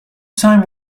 time